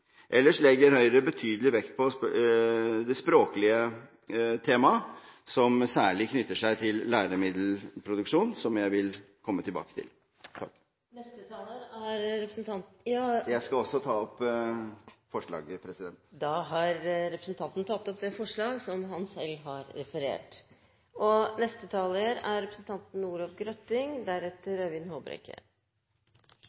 Ellers legger Høyre betydelig vekt på det språklige temaet, som særlig knytter seg til læremiddelproduksjon, som jeg vil komme tilbake til. Jeg tar også opp forslaget fra Høyre og Kristelig Folkeparti. Representanten Olemic Thommessen har tatt opp det forslaget han refererte til. Det er en gledens dag i dag, som saksordføreren sa. Det er det både for Senterpartiet og